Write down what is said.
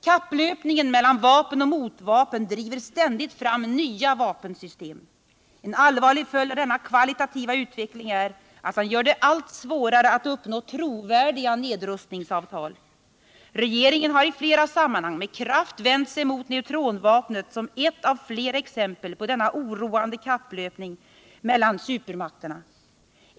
Kapplöpningen mellan vapen och motvapen driver ständigt fram nya vapensystem. En allvarlig följd av denna kvalitativa utveckling är att den gör det allt svårare att uppnå trovärdiga nedrustningsavtal. Regeringen har i flera sammanhang med kraft vänt sig mot neutronvapnet som ett av flera exempel på denna oroande kapprustning mellan supermakterna.